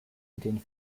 dem